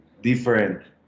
Different